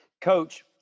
Coach